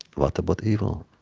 what about evil?